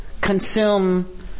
consume